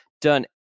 done